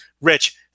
Rich